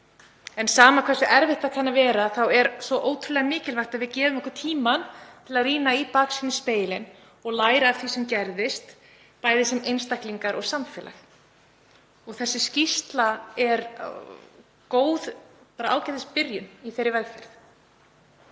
En sama hversu erfitt það kann að vera er ótrúlega mikilvægt að við gefum okkur tíma til að rýna í baksýnisspegilinn og læra af því sem gerðist, bæði sem einstaklingar og samfélag. Þessi skýrsla er ágætisbyrjun á þeirri vegferð.